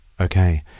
Okay